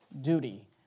duty